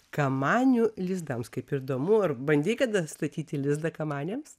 kamanių lizdams kaip įdomu ar bandei kada statyti lizdą kamanėms